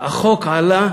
החוק עלה